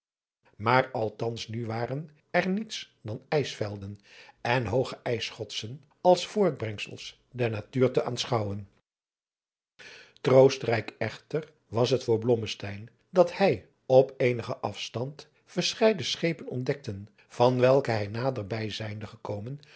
maar althans nu waren er niets dan ijsvelden en hooge ijsschotsen als voortbrengsels der naadriaan loosjes pzn het leven van johannes wouter blommesteyn tuur te aanschouwen troostrijk echter was het voor blommesteyn dat hij op eenigen afstand verscheiden schepen ontdekte van welke hij naderbij zijnde gekomen